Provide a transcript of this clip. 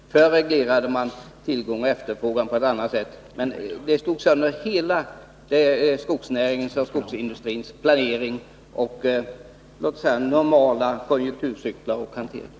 Förr reglerade man tillgång och efterfrågan på ett annat sätt, men det stödet slog sönder hela skogsnäringens och skogsindustrins planering och normala konjunkturcyklar för hanteringen.